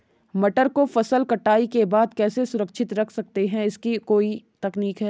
मटर को फसल कटाई के बाद कैसे सुरक्षित रख सकते हैं इसकी कोई तकनीक है?